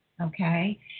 okay